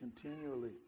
continually